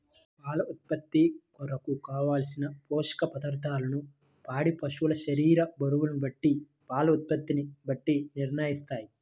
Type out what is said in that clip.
పాల ఉత్పత్తి కొరకు, కావలసిన పోషక పదార్ధములను పాడి పశువు శరీర బరువును బట్టి పాల ఉత్పత్తిని బట్టి నిర్ణయిస్తారా?